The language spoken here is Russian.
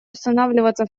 устанавливаться